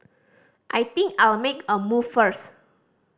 I think I'll make a move first